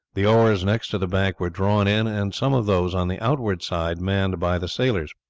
the oars next to the bank were drawn in, and some of those on the outward side manned by the sailors.